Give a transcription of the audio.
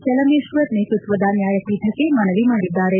ಚಲಮೇಶ್ವರ್ ನೇತೃತ್ವದ ನ್ಯಾಯಪೀಠಕ್ಕೆ ಮನವಿ ಮಾಡಿದ್ದಾರೆ